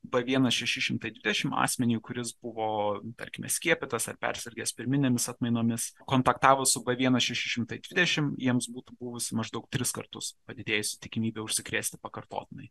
b vienas šeši šimtai dvidešim asmeniui kuris buvo tarkime skiepytas ar persirgęs pirminėmis atmainomis kontaktavo su b vienas šeši šimtai dvidešim jiems būtų buvusi maždaug tris kartus padidėjusi tikimybė užsikrėsti pakartotinai